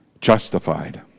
justified